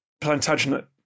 Plantagenet